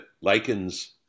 lichens